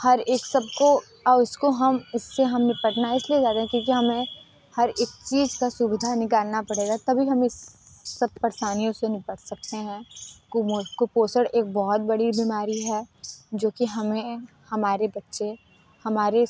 हर एक सबको और उसको हम उससे हम निपटना इसलिए चाहते हैं क्योंकि हमें हर एक चीज़ का सुविधा निकालना पड़ेगा तभी हम इस सब परेशानियों से निपट सकते हैं कुमो कुपोषण एक बहुत बड़ी बीमारी है जो कि हमें हमारे बच्चे हमारे